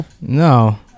No